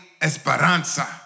esperanza